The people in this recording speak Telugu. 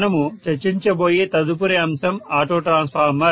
మనము చర్చించబోయే తదుపరి అంశం ఆటో ట్రాన్స్ఫార్మర్